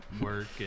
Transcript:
work